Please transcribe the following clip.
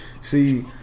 See